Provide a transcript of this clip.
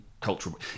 cultural